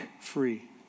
free